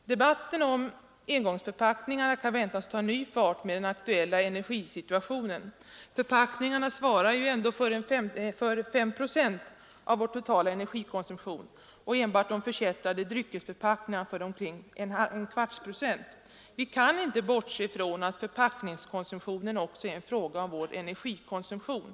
Debatten om engångsförpackningarna kan väntas ta ny fart i den aktuella energisituationen. Förpackningarna svarar ändå för 5 procent av vår totala energikonsumtion och enbart de förkättrade dryckesförpackningarna för omkring en kvarts procent. Vi kan inte bortse från att förpackningskonsumtionen också är en fråga om energikonsumtion.